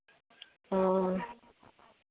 ᱚᱸᱻ